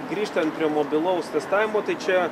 grįžtant prie mobilaus testavimo tai čia